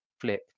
flip